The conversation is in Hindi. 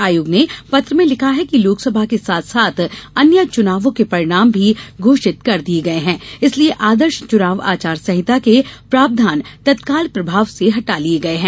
आयोग ने पत्र में लिखा है कि लोकसभा के साथ साथ अन्य चुनावों के परिणाम भी घोषित कर दिये गये हैं इसलिए आदर्श चुनाव आचार संहिता के प्रावधान तत्काल प्रभाव से हटा लिये गये हैं